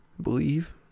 believe